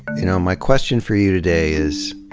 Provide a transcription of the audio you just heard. you know, my question for you today is,